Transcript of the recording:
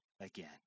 again